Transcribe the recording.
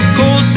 Cold